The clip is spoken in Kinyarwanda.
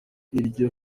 iryo